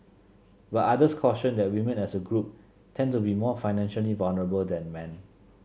but others cautioned that women as a group tend to be more financially vulnerable than men